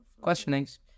questionings